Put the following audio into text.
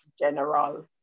general